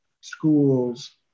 schools